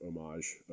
homage